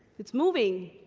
it's moving.